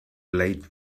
late